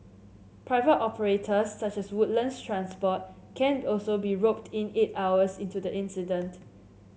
private operators such as Woodlands Transport can also be roped in eight hours into the incident